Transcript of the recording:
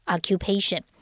Occupation 。